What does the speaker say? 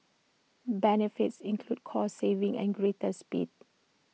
benefits include cost savings and greater speed